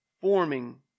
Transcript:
forming